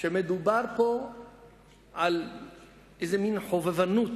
שמדובר פה על איזה מין חובבנות